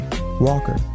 Walker